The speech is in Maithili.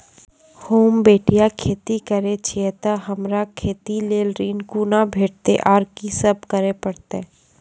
होम बटैया खेती करै छियै तऽ हमरा खेती लेल ऋण कुना भेंटते, आर कि सब करें परतै?